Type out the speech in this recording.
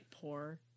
poor